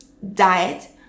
Diet